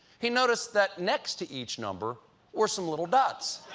he noticed that next to each number were some little dots.